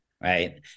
right